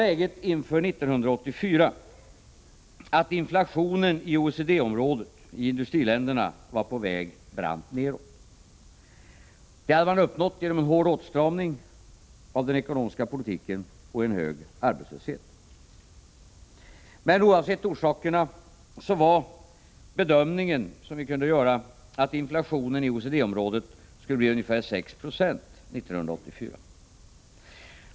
Läget inför 1984 var att inflationen i OECD-området, i industriländerna, var på väg brant neråt. Det hade man uppnått genom en hård åtstramning av den ekonomiska politiken och genom en hög arbetslöshet. Men oavsett orsakerna var bedömningen som vi kunde göra att inflationen i OECD området skulle bli ungefär 6 96 1984.